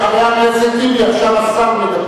חבר הכנסת טיבי, עכשיו השר מדבר.